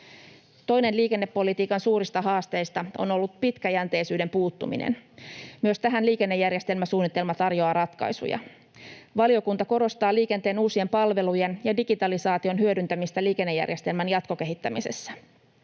Toinen liikennepolitiikan suurista haasteista on ollut pitkäjänteisyyden puuttuminen. Myös tähän liikennejärjestelmäsuunnitelma tarjoaa ratkaisuja. Valiokunta korostaa liikenteen uusien palvelujen ja digitalisaation hyödyntämistä liikennejärjestelmän jatkokehittämisessä.